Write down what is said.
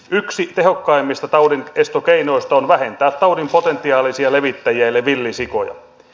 yksi tehokkaimmista taudinestokeinoista on vähentää taudin potentiaalisia levittäjiä eli villisikoja